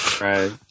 Right